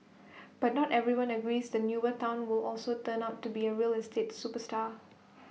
but not everyone agrees the newer Town will also turn out to be A real estate superstar